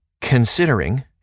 considering